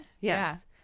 Yes